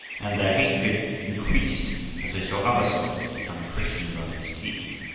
and their hatred increased as they saw other scholars becoming christians under his teaching.